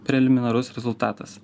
preliminarus rezultatas